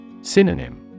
Synonym